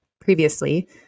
previously